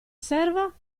serva